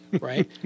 right